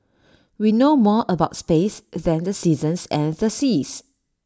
we know more about space than the seasons and the seas